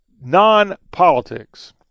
Non-politics